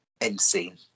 Insane